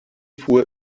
fuhr